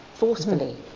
Forcefully